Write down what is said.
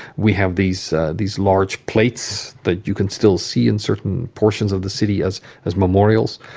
we have these these large plates that you can still see in certain portions of the city as as memorials,